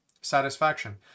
Satisfaction